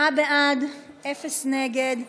(תוספת למענק עובד בעד עבודה בתקופת ההתמודדות עם נגיף הקורונה),